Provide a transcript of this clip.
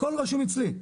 הכל רשום אצלי.